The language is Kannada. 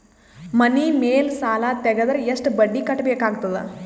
ಮನಿ ಮೇಲ್ ಸಾಲ ತೆಗೆದರ ಎಷ್ಟ ಬಡ್ಡಿ ಕಟ್ಟಬೇಕಾಗತದ?